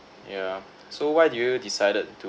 yeah so why did you decided to